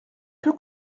peu